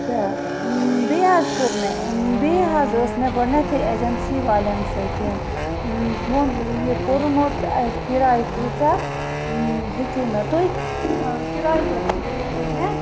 تہٕ بیٚیہِ حظ کٔر مےٚ أمۍ بیٚیہِ حظ ٲس مےٚ گۄڈنٮ۪تھٕے اٮ۪جَنسی والٮ۪ن سۭتۍ ووٚن یہِ کوٚرمُت اَ کِرایہِ کۭژاہ ہٮ۪کیوٗ مےٚ تُہۍ کِرایہِ کۭژاہ ہیٚیِو تُہۍ مےٚ